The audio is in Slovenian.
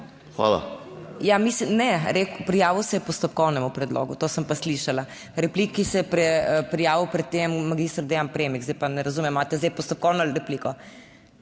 Hvala.